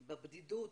בבדידות,